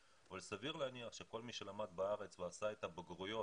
אבל סביר להניח שכל מי שלמד בארץ ועשה את הבגרויות